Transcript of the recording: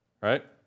Right